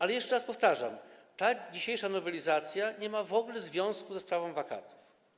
Ale jeszcze raz powtarzam: ta dzisiejsza nowelizacja nie ma w ogóle związku ze sprawą wakatów.